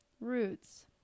roots